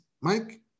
Mike